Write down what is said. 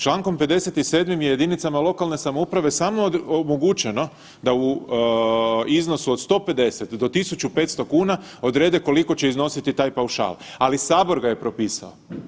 Čl. 57.je jedinicama lokalne samouprave samo omogućeno da u iznosu od 150 do 1.500 kuna odrede koliko će iznositi taj paušal, ali Sabor ga je propisao.